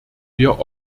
wir